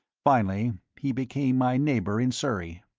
finally, he became my neighbour in surrey.